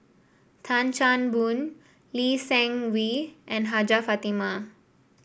Tan Chan Boon Lee Seng Wee and Hajjah Fatimah